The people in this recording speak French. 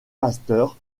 pasteur